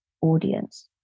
audience